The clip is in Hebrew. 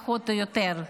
פחות או יותר.